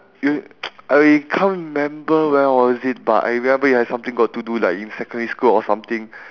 wait I can't remember when was it but I remember it has something got to do like in secondary school or something